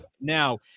now